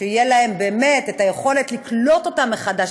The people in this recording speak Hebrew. שתהיה באמת היכולת לקלוט אותם מחדש,